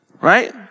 right